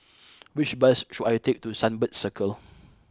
which bus should I take to Sunbird Circle